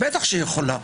בטח שיכולה.